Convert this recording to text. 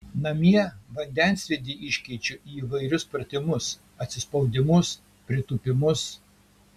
namie vandensvydį iškeičiu į įvairius pratimus atsispaudimus pritūpimus